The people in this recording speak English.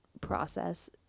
process